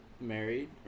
married